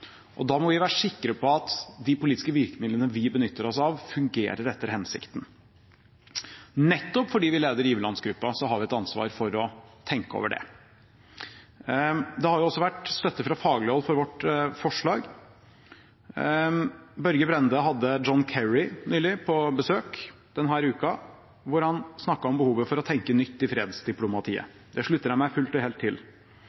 Palestina. Da må vi være sikre på at de politiske virkemidlene vi benytter oss av, fungerer etter hensikten. Nettopp fordi vi leder giverlandsgruppen, har vi et ansvar for å tenke over det. Det har også vært støtte fra faglig hold for vårt forslag. Børge Brende hadde John Kerry på besøk denne uka, hvor han snakket om behovet for å tenke nytt i fredsdiplomatiet. Det slutter jeg meg fullt og helt til.